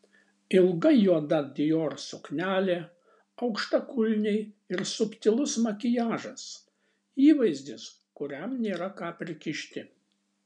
ilga juoda dior suknelė aukštakulniai ir subtilus makiažas įvaizdis kuriam nėra ką prikišti